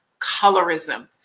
colorism